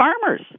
farmers